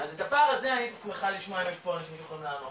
אז הדבר הזה הייתי שמחה לשמוע אנשים שיכולים לענות.